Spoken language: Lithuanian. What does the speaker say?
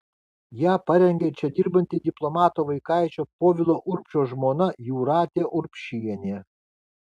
ją parengė čia dirbanti diplomato vaikaičio povilo urbšio žmona jūratė urbšienė